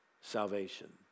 salvation